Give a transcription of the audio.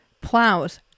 plows